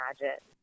imagine